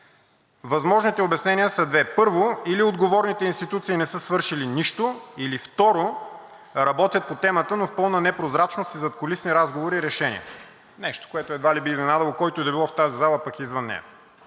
Възможните обяснения са две: първо, или отговорните институции не са свършили нищо, или, второ, работят по темата, но в пълна непрозрачност и задкулисни разговори и решения – нещо, което едва ли би изненадало който и да било в тази зала или пък извън нея,